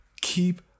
keep